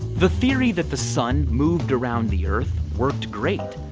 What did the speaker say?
the theory that the sun moved around the earth worked great.